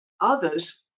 Others